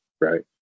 Right